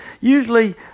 usually